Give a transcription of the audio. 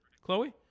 Chloe